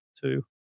two